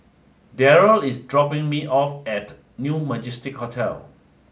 Daryl is dropping me off at New Majestic Hotel